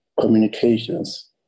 communications